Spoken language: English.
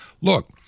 Look